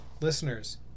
listeners